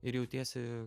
ir jautiesi